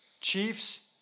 Chiefs